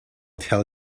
tell